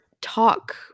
talk